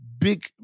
big